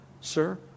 Sir